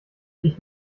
ich